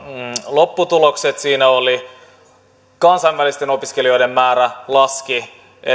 lopputulokset siinä olivat kansainvälisten opiskelijoiden määrä laski